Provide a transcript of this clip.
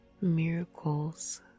Miracles